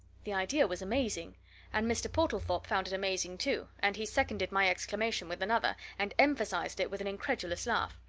the idea was amazing and mr. portlethorpe found it amazing, too, and he seconded my exclamation with another, and emphasized it with an incredulous laugh.